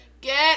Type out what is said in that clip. Get